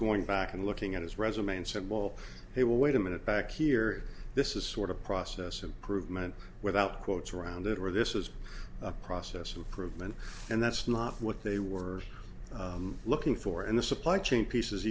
going back and looking at his resume and said well hey wait a minute back here this is sort of process improvement without quotes around it or this is a process of proven and that's not what they were looking for and the supply chain piece